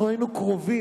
אנחנו היינו קרובים.